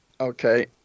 okay